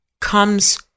comes